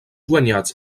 guanyats